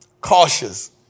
cautious